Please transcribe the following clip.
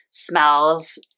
smells